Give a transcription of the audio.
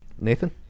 Nathan